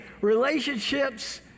Relationships